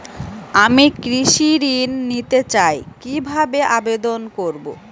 আমি কৃষি ঋণ নিতে চাই কি ভাবে আবেদন করব?